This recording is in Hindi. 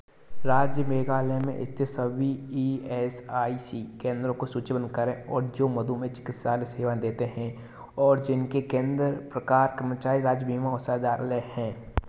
राज्य मेघालय में स्थित सभी ई एस आई सी केंद्रों को सूचीबंद करें जो मधुमेह चिकित्सालय सेवाएँ देते हैं और जिनके केंद्र प्रकार कर्मचारी राज्य बीमा औषधालय हैं